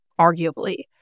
arguably